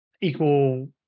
Equal